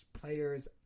players